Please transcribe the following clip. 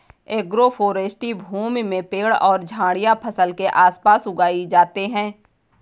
agroforestry भूमि में पेड़ और झाड़ियाँ फसल के आस पास उगाई जाते है